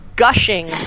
gushing